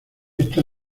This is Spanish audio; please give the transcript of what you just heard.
esta